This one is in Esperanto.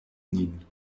nin